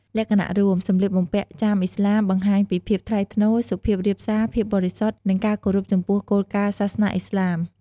លក្ខណៈរួម: សម្លៀកបំពាក់ចាមឥស្លាមបង្ហាញពីភាពថ្លៃថ្នូរ សុភាពរាបសារ ភាពបរិសុទ្ធ និងការគោរពចំពោះគោលការណ៍សាសនាឥស្លាម។